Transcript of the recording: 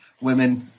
women